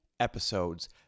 episodes